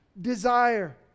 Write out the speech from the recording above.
desire